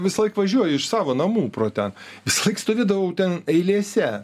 visąlaik važiuoju iš savo namų pro ten visąlaik stovėdavau ten eilėse